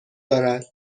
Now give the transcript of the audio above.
دارد